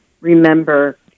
remember